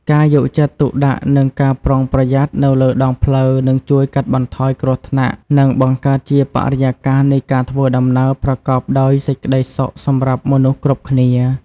ការយកចិត្តទុកដាក់និងការប្រុងប្រយ័ត្ននៅលើដងផ្លូវនឹងជួយកាត់បន្ថយគ្រោះថ្នាក់និងបង្កើតជាបរិយាកាសនៃការធ្វើដំណើរប្រកបដោយសេចក្តីសុខសម្រាប់មនុស្សគ្រប់គ្នា។